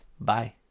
Bye